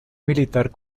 militar